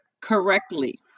Correctly